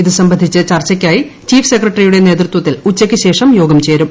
ഇതു സംബന്ധിച്ച് ചർച്ചയ്ക്കായി ചീഫ് സെക്രട്ടറിയുടെ നേതൃത്വത്തിൽ ഉച്ചയ്ക്കൂശേഷം യോഗം ചേരും